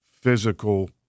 physical